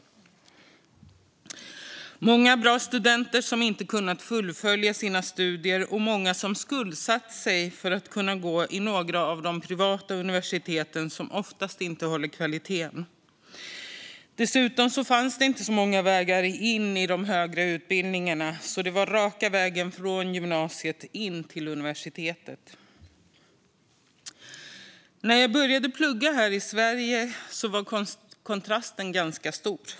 Det är många bra studenter som inte har kunnat fullfölja sina studier och många som skuldsatt sig för att kunna gå i några av de privata universiteten, som oftast inte håller kvalitet. Dessutom fanns det inte många vägar in i de högre utbildningarna. Det var raka vägen från gymnasiet till universitetet. När jag började plugga här i Sverige var kontrasten ganska stor.